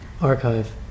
archive